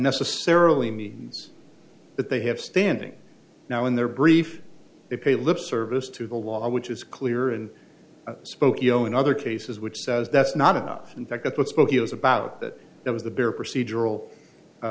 necessarily means that they have standing now in their brief they pay lip service to the law which is clear and spokeo in other cases which says that's not enough in fact that's what spokeo is about that it was the bare procedural